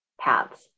paths